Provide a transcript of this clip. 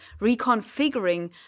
reconfiguring